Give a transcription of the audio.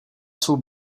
svou